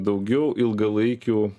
daugiau ilgalaikių